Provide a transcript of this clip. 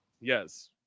Yes